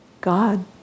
God